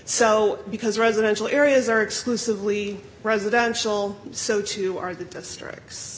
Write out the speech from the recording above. so because residential areas are exclusively residential so too are the districts